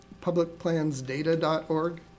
publicplansdata.org